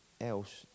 else